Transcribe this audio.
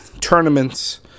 tournaments